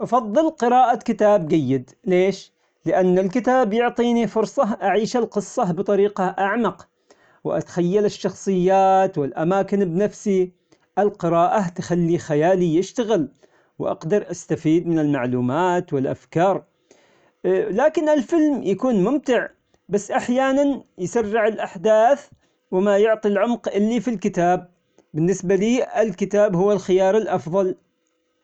أفضل قراءة كتاب جيد، ليش؟ لأن الكتاب يعطيني فرصة أعيش القصة بطريقة أعمق، وأتخيل الشخصيات والأماكن بنفسي، القراءة تخلي خيالي يشتغل، وأقدر أستفيد من المعلومات والأفكار، لكن الفيلم يكون ممتع بس أحيانا يسرع الأحداث وما يعطي العمق اللي في الكتاب، بالنسبة لي الكتاب هو الخيار الأفضل.